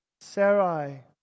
Sarai